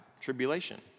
tribulation